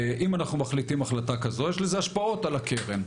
אם אנחנו מחליטים החלטה כזו יש לזה השפעות על הקרן.